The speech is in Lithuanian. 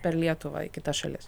per lietuvą į kitas šalis